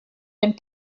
and